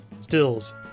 Stills